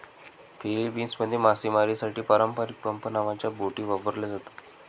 फिलीपिन्समध्ये मासेमारीसाठी पारंपारिक पंप नावाच्या बोटी वापरल्या जातात